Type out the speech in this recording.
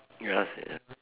ya sia